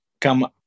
come